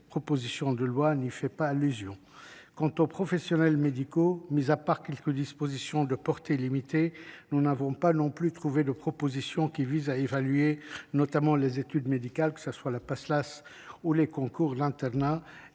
proposition de loi n’y fait pas allusion. Quant aux professionnels médicaux, à part quelques dispositions de portée limitée, nous n’avons pas non plus trouvé de propositions visant notamment à évaluer les études médicales, que ce soit la procédure Pass LAS ou le concours de l’internat,